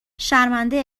شرمنده